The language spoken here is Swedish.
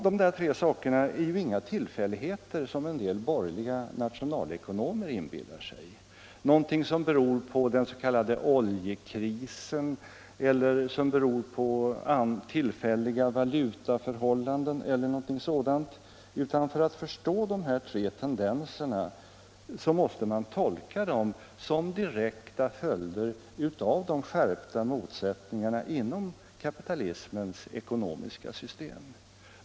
Dessa tre saker är ju inga tillfälligheter, som en del borgerliga nationalekonomer inbillar sig — någonting som beror på den s.k. oljekrisen eller på tillfälliga valutaförhållanden eller någonting sådant — utan för att förstå de här tre tendenserna måste man tolka dem som direkta följder av de skärpta motsättningarna inom kapitalismens ekonomiska system.